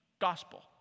Gospel